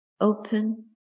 open